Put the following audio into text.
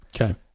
okay